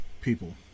people